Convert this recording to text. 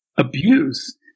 Abuse